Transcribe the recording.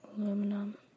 Aluminum